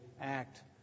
act